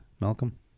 Malcolm